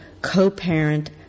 co-parent